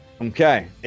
Okay